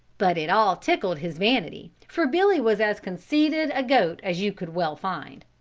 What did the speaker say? but it all tickled his vanity for billy was as conceited a goat as you could well find.